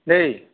দেই